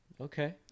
Okay